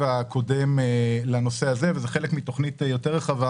הקודם לנושא הזה וזה חלק מתוכנית יותר רחבה,